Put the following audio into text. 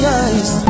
eyes